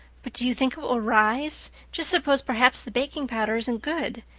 but do you think it will rise? just suppose perhaps the baking powder isn't good?